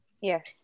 Yes